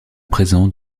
présent